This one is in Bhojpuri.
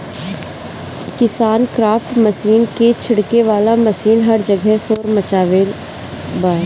किसानक्राफ्ट मशीन क छिड़के वाला मशीन हर जगह शोर मचवले बा